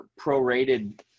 prorated